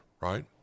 right